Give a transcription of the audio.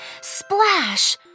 splash